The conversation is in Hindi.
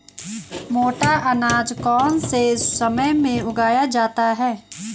मोटा अनाज कौन से समय में उगाया जाता है?